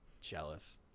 Jealous